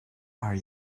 are